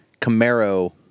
Camaro